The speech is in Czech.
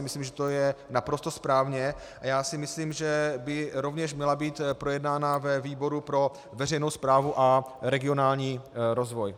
Myslím, že to je naprosto správně, a myslím, že by rovněž měla být projednána ve výboru pro veřejnou správu a regionální rozvoj.